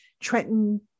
Trenton